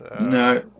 no